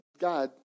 God